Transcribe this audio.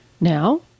Now